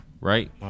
right